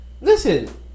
Listen